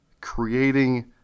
creating